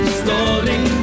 stalling